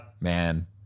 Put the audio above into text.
man